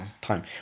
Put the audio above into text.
time